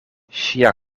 ŝia